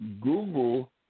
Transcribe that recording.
Google